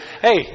hey